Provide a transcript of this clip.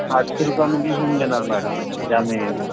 आठशे रुपयामधे होऊन जाणार मॅडम जाणं येणं